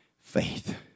faith